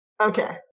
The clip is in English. Okay